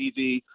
TV